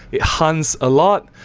it hunts a lot,